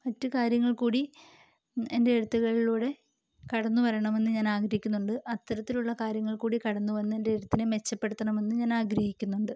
മറ്റ് കാര്യങ്ങൾ കൂടി എൻ്റെ എഴുത്തുകളിലൂടെ കടന്നു വരണമെന്ന് ഞാനാഗ്രഹിക്കുന്നുണ്ട് അത്തരത്തിലുള്ള കാര്യങ്ങൾ കൂടി കടന്ന് വന്ന് എൻ്റെ എഴുത്തിനെ മെച്ചപ്പെടുത്തണമെന്ന് ഞാനാഗ്രഹിക്കുന്നുണ്ട്